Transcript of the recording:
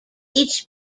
each